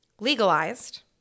legalized